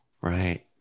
Right